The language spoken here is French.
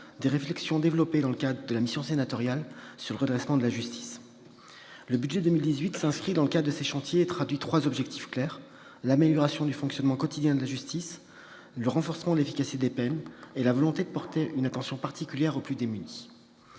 des réflexions développées dans le cadre de la mission sénatoriale sur le redressement de la justice. Le budget 2018 s'inscrit dans le cadre de ces chantiers et traduit des objectifs clairs : l'amélioration du fonctionnement quotidien de la justice ; le renforcement de l'efficacité des peines ; la volonté de porter une attention particulière aux plus démunis.